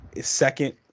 second